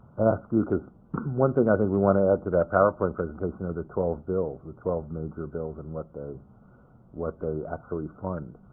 ask you because one thing i think we want to add to that powerpoint presentation are the twelve bills, the twelve major bills and what they what they actually fund.